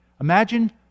Imagine